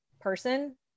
person